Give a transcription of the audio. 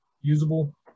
usable